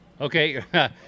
okay